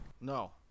No